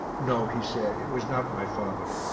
no, he said, it was not my father.